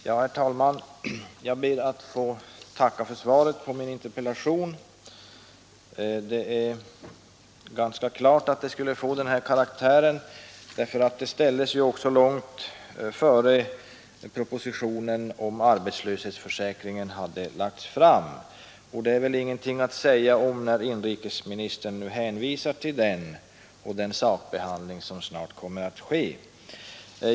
Herr talman! Jag ber att få tacka inrikesministern för svaret på min interpellation. Det är ganska klart att det skulle få den här karaktären. Interpellationen väcktes ju långt innan propositionen om arbetslöshetsförsäkringen hade lagts fram, och det är väl ingenting att säga om att inrikesministern nu hänvisar till propositionen och till den sakbehandling som kommer att ske.